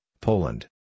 Poland